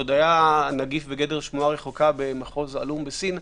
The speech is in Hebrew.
כשהנגיף עוד היה בגדר שמועה רחוקה במחוז עלום בסין.